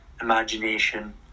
imagination